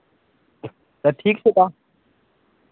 तऽ ठीक छै तऽ